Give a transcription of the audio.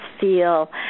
feel